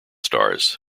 stars